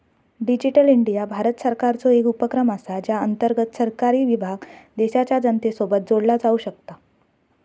digital India Bharat सरकारचो एक उपक्रम असा ज्या अंतर्गत सरकारी विभाग देशाच्या जनतेसोबत जोडला जाऊ शकता